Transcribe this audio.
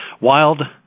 wild